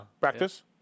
Practice